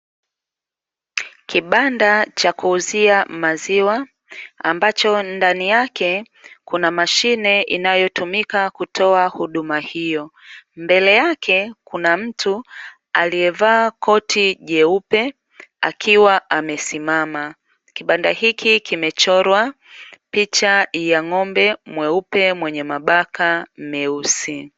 Kibanda cha kuuzia maziwa, ambacho ndani yake kuna mashine inayotumika kutoa huduma hio. Mbele yake kuna mtu aliyevaa koti jeupe, akiwa amesimama. Kibanda hiki kimechorwa picha ya ng'ombe mweupe, mwenye mabaka meusi.